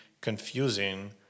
confusing